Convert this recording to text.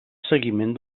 seguiment